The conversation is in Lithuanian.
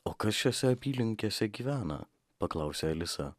o kas šiose apylinkėse gyvena paklausė alisa